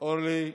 אורלי פרומן,